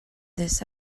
this